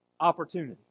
Opportunity